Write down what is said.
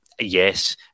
yes